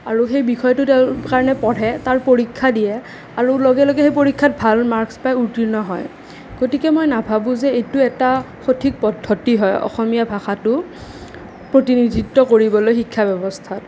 আৰু সেই বিষয়টোৰ কাৰণে পঢ়ে তাৰ পৰীক্ষা দিয়ে আৰু লগে লগে সেই পৰীক্ষাত ভাল মাৰ্কছ পাই উত্তীৰ্ণ হয় গতিকে মই নাভাবোঁ যে এইটো এটা সঠিক পদ্ধতি হয় অসমীয়া ভাষাটো প্ৰতিনিধিত্ব কৰিবলৈ শিক্ষা ব্যৱস্থাত